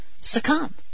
succumb